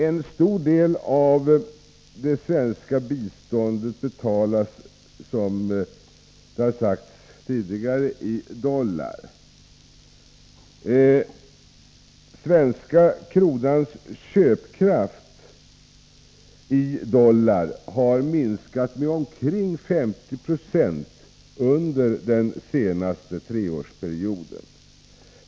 En stor del av det svenska biståndet betalas, som sagt, i dollar. Den svenska kronans köpkraft i förhållande till dollarn har minskat med omkring 50 96 under den senaste treårsperioden.